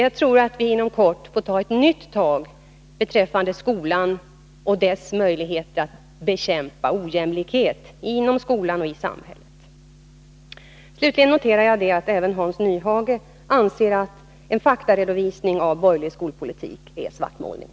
Jag tror att vi inom kort får ta ett nytt tag beträffande skolan och dess möjligheter att bekämpa ojämlikhet inom skolan och i samhället. Slutligen noterar jag att även Hans Nyhage anser att en faktaredovisning beträffande borgerlig skolpolitik är svartmålning.